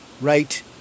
Right